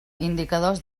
indicadors